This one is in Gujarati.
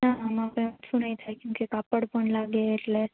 ના આમાં કશું નહીં થાય કેમ કે કાપડ પણ લાગે એટલે